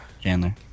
Chandler